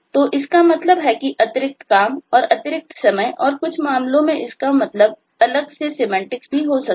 तो इसका मतलब है कि अतिरिक्त काम और अतिरिक्त समय और कुछ मामलों में इसका मतलब अलग से सिमेंटिक भी हो सकता है